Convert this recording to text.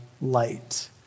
light